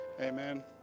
Amen